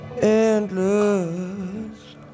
Endless